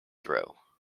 throw